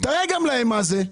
תראה גם להם מה זה.